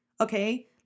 Okay